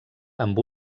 amb